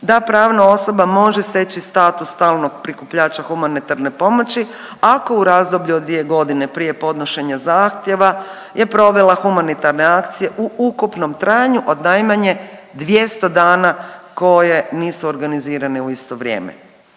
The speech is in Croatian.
da pravna osoba može steći status stalnog prikupljača humanitarne pomoći ako u razdoblju od dvije godine prije podnošenja zahtjeva je provela humanitarne akcije u ukupnom trajanju od najmanje 200 dana koje nisu organizirane u isto vrijeme.